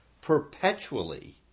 perpetually